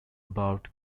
about